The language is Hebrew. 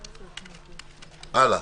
הלאה.